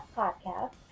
podcast